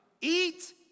Eat